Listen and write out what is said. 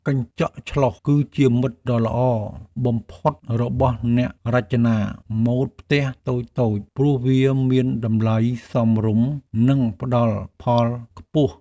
កញ្ចក់ឆ្លុះគឺជាមិត្តដ៏ល្អបំផុតរបស់អ្នករចនាម៉ូដផ្ទះតូចៗព្រោះវាមានតម្លៃសមរម្យនិងផ្តល់ផលខ្ពស់។